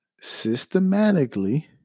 systematically